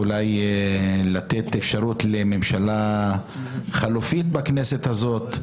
אולי לתת אפשרות לממשלה חלופית בכנסת הזאת,